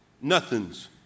nothings